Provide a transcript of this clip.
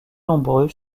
nombreux